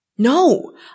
No